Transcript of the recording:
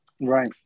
right